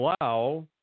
allow